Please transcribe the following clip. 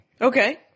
Okay